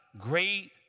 great